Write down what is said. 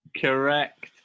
correct